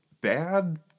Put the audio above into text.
bad